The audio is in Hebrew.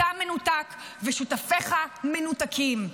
אתה מנותק ושותפיך מנותקים.